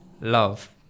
love